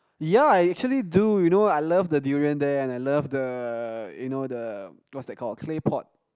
yeah actually dude you know I love the durian there and I love the you know the what's that called claypot